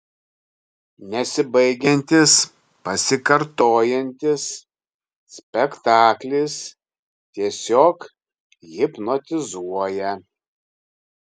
nesibaigiantis pasikartojantis spektaklis tiesiog hipnotizuoja